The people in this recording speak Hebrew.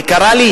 יקרה לי,